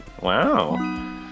Wow